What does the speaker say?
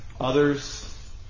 others